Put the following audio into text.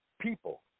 people